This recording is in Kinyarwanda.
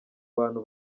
bantu